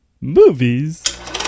Movies